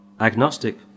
agnostic